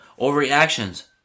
overreactions